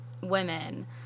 women